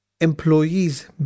Employees